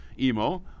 Emo